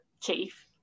chief